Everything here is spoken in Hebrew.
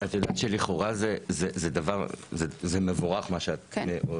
את יודעת שזה מבורך מה שאת עושה,